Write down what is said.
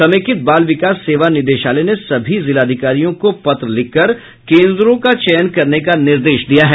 समेकित बाल विकास सेवा निदेशालय ने सभी जिलाधिकारियों को पत्र लिखकर केन्द्रों का चयन करने का निर्देश दिया है